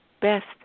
best